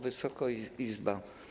Wysoka Izbo!